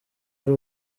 ari